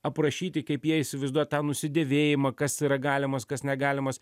aprašyti kaip jie įsivaizduoja tą nusidėvėjimą kas yra galimas kas negalimas